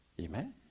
Amen